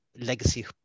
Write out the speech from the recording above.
legacy